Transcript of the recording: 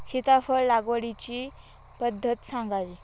सीताफळ लागवडीची पद्धत सांगावी?